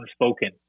unspoken